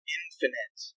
infinite